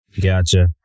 Gotcha